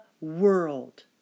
world